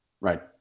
Right